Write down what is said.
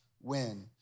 win